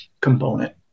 component